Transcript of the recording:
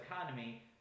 economy